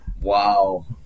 Wow